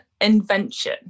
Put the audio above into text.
invention